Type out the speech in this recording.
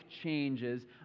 changes